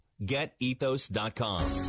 Getethos.com